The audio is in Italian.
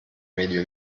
medio